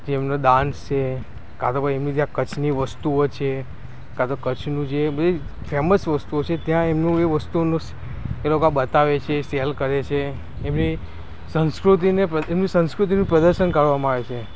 તેમનો ડાન્સ છે કાં તો પછી બીજા કચ્છની વસ્તુઓ છે કાં તો કચ્છનું જે બધું ફેમસ વસ્તુઓ છે ત્યાં એમનું એ વસ્તુઓનું તે લોકો બતાવે છે સેલ કરે છે એ બધી સંસ્કૃતિને સંસ્કૃતિનું પ્રદર્શન કરવામાં આવે છે